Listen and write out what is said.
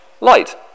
Light